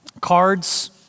cards